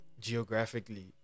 geographically